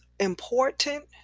important